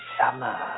summer